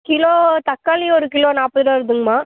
kilo தக்காளி ஒரு kilo நாற்பது ரூபா வருதுங்கம்மா